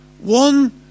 One